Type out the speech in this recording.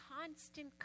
constant